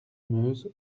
meuse